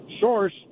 source